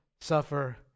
suffer